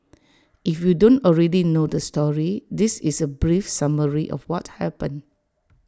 if you don't already know the story this is A brief summary of what happened